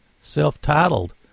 self-titled